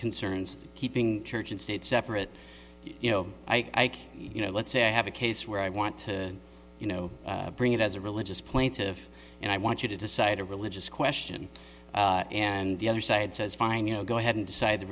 concerns keeping church and state separate you know i you know let's say i have a case where i want to you know bring it as a religious plaintive and i want you to decide a religious question and the other side says fine you know go ahead and decide the